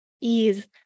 Ease